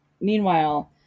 meanwhile